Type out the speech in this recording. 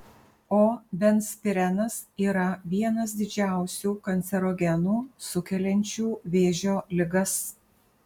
o benzpirenas yra vienas didžiausių kancerogenų sukeliančių vėžio ligas